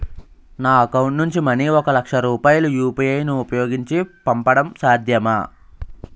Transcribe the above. నా అకౌంట్ నుంచి మనీ ఒక లక్ష రూపాయలు యు.పి.ఐ ను ఉపయోగించి పంపడం సాధ్యమా?